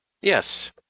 Yes